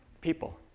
people